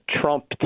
Trump